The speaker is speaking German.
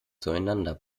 zueinander